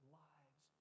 lives